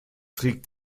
trägt